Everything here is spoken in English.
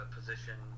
position